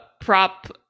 prop